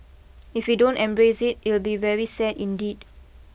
if we don't embrace it it'll be very sad indeed